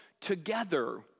together